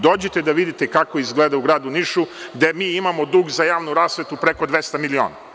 Dođite da vidite kako izgleda u gradu Nišu, gde mi imamo dug za javnu rasvetu preko 200 miliona.